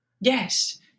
Yes